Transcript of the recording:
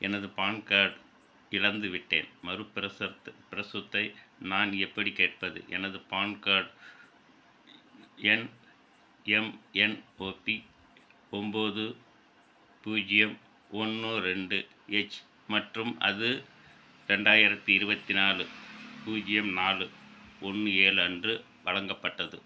எனது pan card இழந்துவிட்டேன் மறுபிரசத் பிரசுத்தை நான் எப்படி கேட்பது எனது பான் கார்ட் எண் எம்என்ஓபி ஒன்போது பூஜ்ஜியம் ஒன்று ரெண்டு ஹெச் மற்றும் அது இரண்டாயிரத்தி இருபத்தி நாலு பூஜ்ஜியம் நாலு ஒன்று ஏழு அன்று வழங்கப்பட்டது